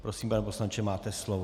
Prosím, pane poslanče, máte slovo.